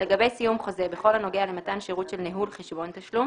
(2)לגבי סיום חוזה בכל הנוגע למתן שירות של ניהול חשבון תשלום,